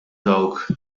dawk